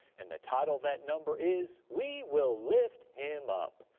and the title of that number is, we will lift him up.